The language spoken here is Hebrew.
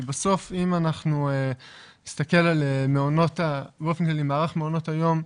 בסוף אם אנחנו נסתכל באופן כללי על מערך מעונות היום,